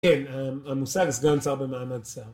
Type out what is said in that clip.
כן, המושג סגן שר במעמד שר